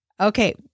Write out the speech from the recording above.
Okay